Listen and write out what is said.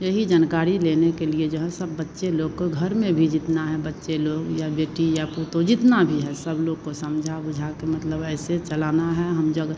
यही जानकारी लेने के लिए जो है सब बच्चे लोग को घर में भी इतना है बच्चे लोग या बेटी या पोतों जितना भी है सब लोग को समझा बुझा कर मतलब ऐसे चलाना है हम जब